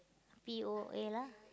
P_O_A lah